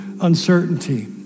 uncertainty